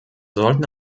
sollten